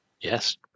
Yes